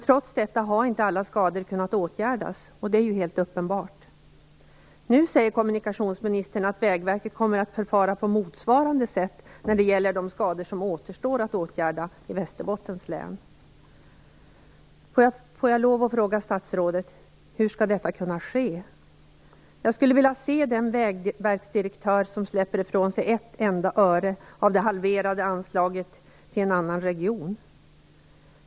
Trots detta är det helt uppenbart att alla skador inte kunnat åtgärdas. Nu säger kommunikationsministern att Vägverket kommer att förfara på motsvarande sätt när det gäller de skador som återstår att åtgärda i Västerbottens län. Får jag lov att fråga statsrådet: Hur skall detta kunna ske? Jag skulle vilja se den Vägverksdirektör som släpper ifrån sig ett enda öre av det halverade anslaget till en annan region!